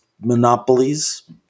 monopolies